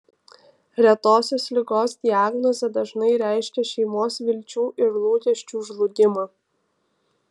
retosios ligos diagnozė dažnai reiškia šeimos vilčių ir lūkesčių žlugimą